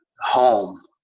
home